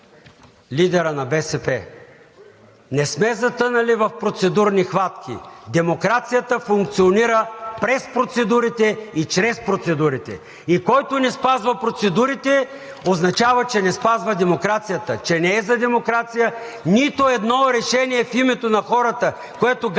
лидера на БСП – не сме затънали в процедурни хватки, демокрацията функционира през процедурите и чрез процедурите. И който не спазва процедурите, означава, че не спазва демокрацията, че не е за демокрация! Нито едно решение в името на хората, което гази